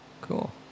Cool